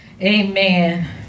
Amen